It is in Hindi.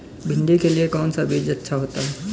भिंडी के लिए कौन सा बीज अच्छा होता है?